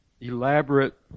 elaborate